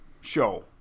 show